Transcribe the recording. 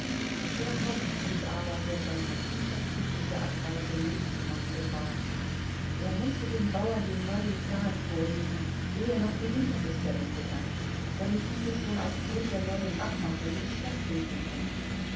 der hauptgrund aber der seine unverzügliche abreise nötig machte war er mußte den bauern den neuen plan vorlegen ehe noch die winterbestellung begann damit diese schon auf grund der neuen abmachungen stattfinden könne